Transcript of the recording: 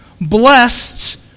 Blessed